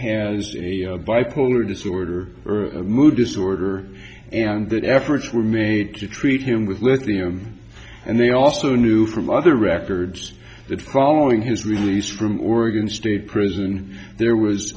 has a bipolar disorder or a mood disorder and that efforts were made to treat him with let them and they also knew from other records that following his release from oregon state the reason there